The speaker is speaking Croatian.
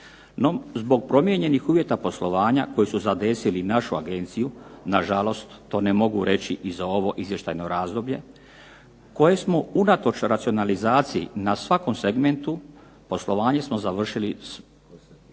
zbog promijenjenih uvjeta poslovanja koji su zadesili našu agenciju na žalost to ne mogu reći i za ovo izvještajno razdoblje koje smo unatoč racionalizaciji na svakom segmentu poslovanje smo završili sa